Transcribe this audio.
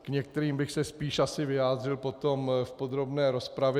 K některým bych se spíš vyjádřil potom v podrobné rozpravě.